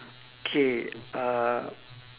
K uh